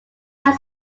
had